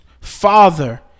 Father